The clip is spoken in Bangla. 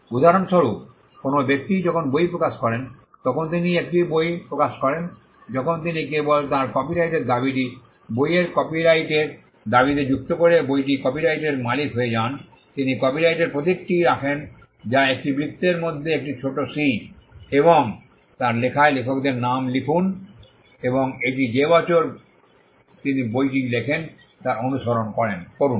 উদাহরণস্বরূপ কোনও ব্যক্তি যখন বই প্রকাশ করেন তখন তিনি একটি বই প্রকাশ করেন যখন তিনি কেবল তাঁর কপিরাইটের দাবিটি বইয়ের কপিরাইটের দাবিতে যুক্ত করে বইটির কপিরাইটের মালিক হয়ে যান তিনি কপিরাইটের প্রতীকটি রাখেন যা একটি বৃত্তের মধ্যে একটি ছোট সি © এবং তার লেখায় লেখকদের নাম লিখুন এবং এটি যে বছর তিনি বইটি লেখেন তার অনুসরণ করুন